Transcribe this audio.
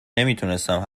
نمیتوانستم